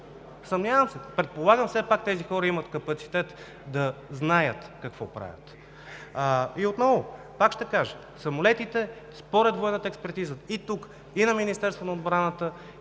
Съмнявам се! Предполагам, че тези хора все пак имат капацитет да знаят какво правят. И отново – пак ще кажа, самолетите според военната експертиза, и тук, и на Министерството на отбраната,